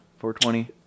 420